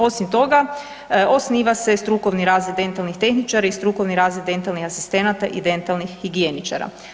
Osim toga, osniva se strukovni razred dentalnih tehničara i strukovni razred dentalnih asistenata i dentalnih higijeničara.